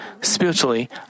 Spiritually